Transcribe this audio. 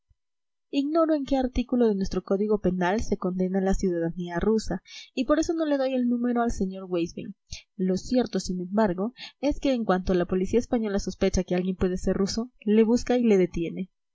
ignoro en qué artículo de nuestro código penal se condena la ciudadanía rusa y por eso no le doy el número al sr weissbein lo cierto sin embargo es que en cuanto la policía española sospecha que alguien puede ser ruso le busca y le detiene